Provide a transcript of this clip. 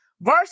Verse